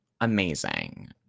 amazing